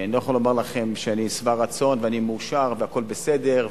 אני לא יכול לומר לכם שאני שבע רצון ואני מאושר והכול בסדר,